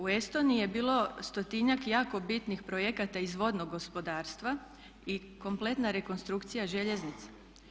U Estoniji je bilo stotinjak jako bitnih projekata iz vodnog gospodarstva i kompletna rekonstrukcija željeznice.